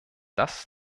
das